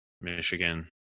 Michigan